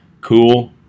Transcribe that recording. cool